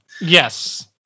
Yes